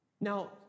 Now